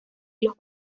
los